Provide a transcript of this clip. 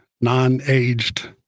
non-aged